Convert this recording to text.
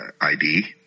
ID